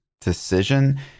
decision